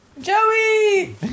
Joey